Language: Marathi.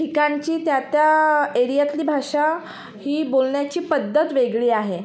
ठिकाणची त्या त्या एरियातली भाषा ही बोलण्याची पद्धत वेगळी आहे